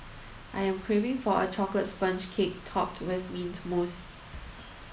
I am craving for a chocolate sponge cake topped with mint mousse